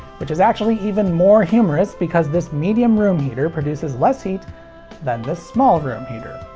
which is actually even more humorous, because this medium room heater produces less heat than this small room heater.